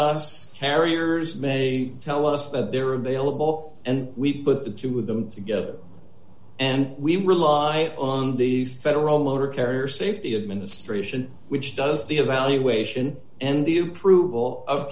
carriers may tell us that they're available and we put the two of them together and we rely on the federal motor carrier safety administration which does the evaluation and the approval of